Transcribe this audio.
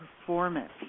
Performance